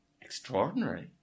extraordinary